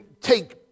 take